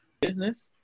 business